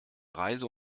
reise